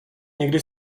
někdy